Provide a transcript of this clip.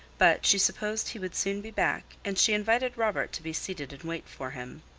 but she supposed he would soon be back, and she invited robert to be seated and wait for him.